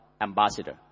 ambassador